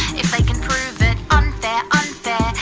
if they can prove it unfair unfair,